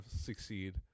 succeed